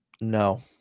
No